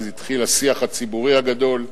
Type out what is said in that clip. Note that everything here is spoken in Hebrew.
אז התחיל השיח הציבורי הגדול,